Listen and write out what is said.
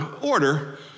order